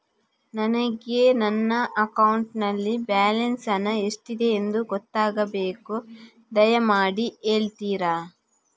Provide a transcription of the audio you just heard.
ನನಗೆ ನನ್ನ ಅಕೌಂಟಲ್ಲಿ ಬ್ಯಾಲೆನ್ಸ್ ಹಣ ಎಷ್ಟಿದೆ ಎಂದು ಗೊತ್ತಾಗಬೇಕು, ದಯಮಾಡಿ ಹೇಳ್ತಿರಾ?